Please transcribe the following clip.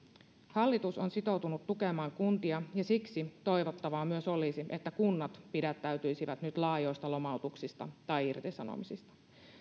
hallitus on sitoutunut tukemaan kuntia ja siksi toivottavaa olisi myös että kunnat pidättäytyisivät nyt laajoista lomautuksista tai irtisanomisista